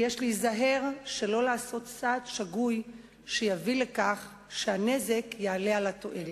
ויש להיזהר שלא לעשות צעד שגוי שיביא לכך שהנזק יעלה על התועלת.